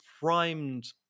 primed